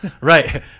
Right